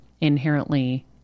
inherently